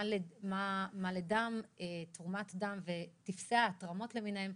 מה לתרומת דם ולטופסי ההתרמות למיניהם?